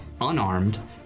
unarmed